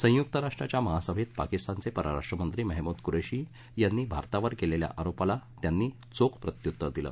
संयुक्त राष्ट्राच्या महासभेत पाकिस्तानचे परराष्ट्र मंत्री मेहमूद कुरेशी यांनी भारतावर केलेल्या आरोपाला त्यांनी चोख प्रत्युत्तर दिलं